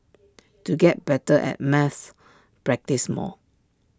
to get better at maths practise more